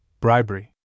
bribery